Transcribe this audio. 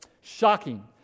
shocking